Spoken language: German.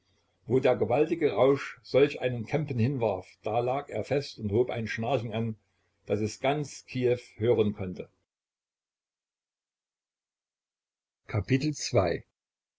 wo der gewaltige rausch solch einen kämpen hinwarf da lag er fest und hob ein schnarchen an daß es ganz kiew hören konnte